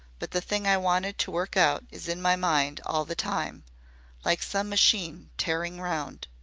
but the thing i wanted to work out is in my mind all the time like some machine tearing round.